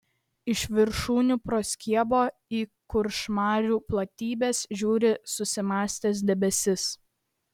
iš viršūnių proskiebio į kuršmarių platybes žiūri susimąstęs debesis